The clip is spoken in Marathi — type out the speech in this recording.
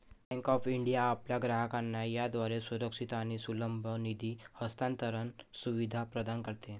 बँक ऑफ इंडिया आपल्या ग्राहकांना याद्वारे सुरक्षित आणि सुलभ निधी हस्तांतरण सुविधा प्रदान करते